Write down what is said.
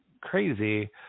crazy